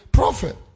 Prophet